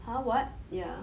!huh! what ya